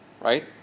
right